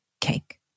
cake